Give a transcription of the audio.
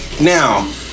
Now